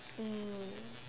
mm